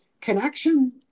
connection